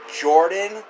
Jordan